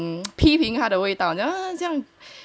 yeah 就有一点批评他的味道呢这样 not here not there